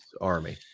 army